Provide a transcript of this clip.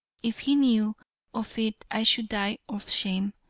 if he knew of it i should die of shame.